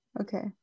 Okay